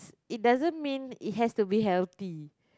it doesn't mean it has to be healthy